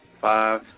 Five